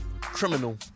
criminal